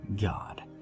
God